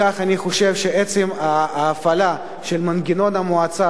אני חושב שעצם ההפעלה של מנגנון המועצה,